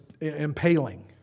impaling